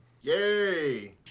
Yay